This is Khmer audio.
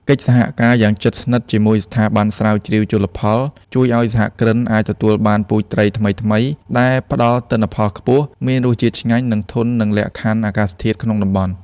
កិច្ចសហការយ៉ាងជិតស្និទ្ធជាមួយស្ថាប័នស្រាវជ្រាវជលផល ជួយឱ្យសហគ្រិនអាចទទួលបានពូជត្រីថ្មីៗដែលផ្ដល់ទិន្នផលខ្ពស់ មានរសជាតិឆ្ងាញ់ និងធន់នឹងលក្ខខណ្ឌអាកាសធាតុក្នុងតំបន់។